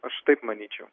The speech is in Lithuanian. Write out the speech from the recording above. aš taip manyčiau